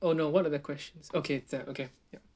oh no what are the questions okay there okay ya